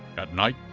at night,